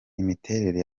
imiterere